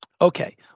Okay